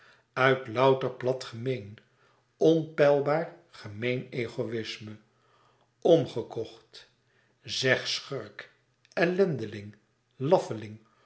uit louter plat gemeen onpeilbaar gemeen egoïsme omgekocht zeg schurk ellendeling